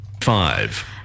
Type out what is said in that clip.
Five